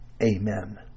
Amen